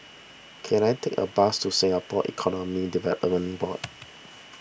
can I take a bus to Singapore Economic Development Board